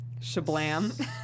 Shablam